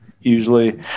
usually